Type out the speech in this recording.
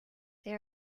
they